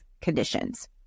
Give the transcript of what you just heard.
conditions